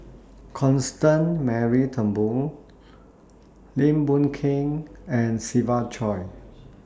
Constance Mary Turnbull Lim Boon Keng and Siva Choy